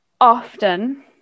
often